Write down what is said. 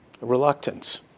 reluctance